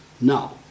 Now